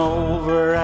over